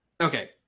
Okay